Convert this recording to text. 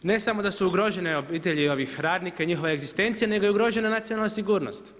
Ne samo da su ugrožena obitelji ovih radnika, i njihove egzistencija, nego je ugrožena nacionalna sigurnost.